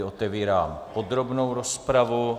Otevírám tedy podrobnou rozpravu.